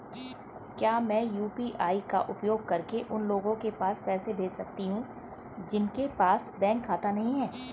क्या मैं यू.पी.आई का उपयोग करके उन लोगों के पास पैसे भेज सकती हूँ जिनके पास बैंक खाता नहीं है?